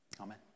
amen